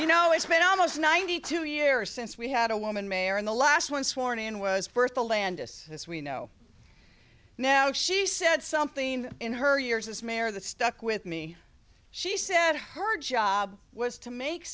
you know it's been almost ninety two year since we had a woman mayor and the last one sworn in was bertha landis this we know now she said something in her years as mayor that stuck with me she said her job was to make